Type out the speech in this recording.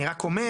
אני רק אומר,